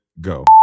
go